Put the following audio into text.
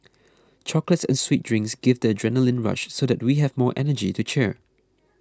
chocolates and sweet drinks gives the adrenaline rush so that we have more energy to cheer